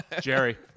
Jerry